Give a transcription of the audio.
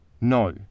no